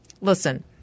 listen